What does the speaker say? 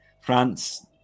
France